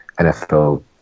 NFL